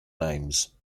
names